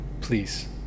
Please